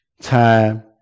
time